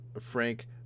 Frank